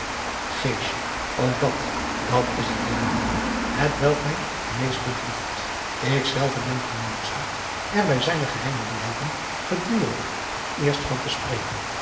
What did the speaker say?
o at dat is het lieve moeije hetwelk mij meest bedroeft k zelve ben genoodzaakt er bij zijne geheime bezoeken gedu driaan oosjes zn et leven van illegonda uisman rig het eerst van te spreken